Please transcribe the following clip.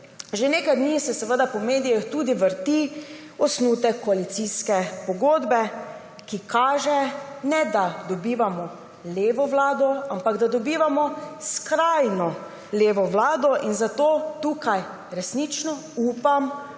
Že nekaj dni se seveda po medijih tudi vrti osnutek koalicijske pogodbe, ki kaže ne da dobivamo levo vlado, ampak da dobivamo skrajno levo vlado. Zato tukaj resnično upam,